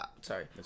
Sorry